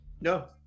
No